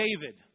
David